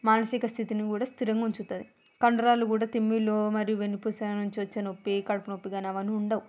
మానసికస్థితిని కూడా స్థిరంగా ఉంచుతుం ది కండరాలు కూడా తిమ్మిరిలు మరియు వెన్నుపూస నుంచి వచ్చే నొప్పి కడుపునొప్పి కాని అవన్నీ ఉండవు